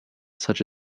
such